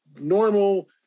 normal